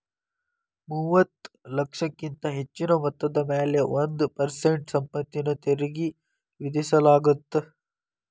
ಮೂವತ್ತ ಲಕ್ಷಕ್ಕಿಂತ ಹೆಚ್ಚಿನ ಮೊತ್ತದ ಮ್ಯಾಲೆ ಒಂದ್ ಪರ್ಸೆಂಟ್ ಸಂಪತ್ತಿನ ತೆರಿಗಿ ವಿಧಿಸಲಾಗತ್ತ